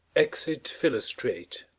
exit philostrate